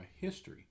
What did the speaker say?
history